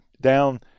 down